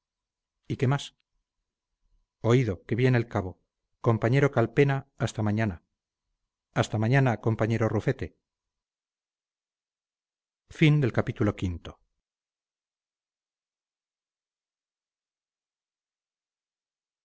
y qué más oído que viene el cabo compañero calpena hasta mañana hasta mañana compañero rufete